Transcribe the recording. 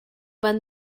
van